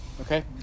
Okay